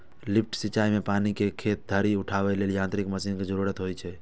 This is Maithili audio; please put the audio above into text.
लिफ्ट सिंचाइ मे पानि कें खेत धरि उठाबै लेल यांत्रिक मशीन के जरूरत होइ छै